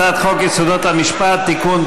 הצעת חוק יסודות המשפט (תיקון),